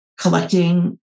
collecting